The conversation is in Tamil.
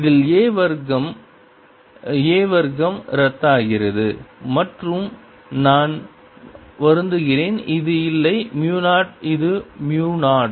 இதில் a வர்க்கம் a வர்க்கம் ரத்தாகிறது மற்றும் நான் வருந்துகிறேன் இது இல்லை மு 0 இது மு 0